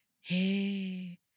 hey